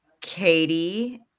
Katie